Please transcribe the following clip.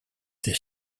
this